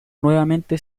nuevamente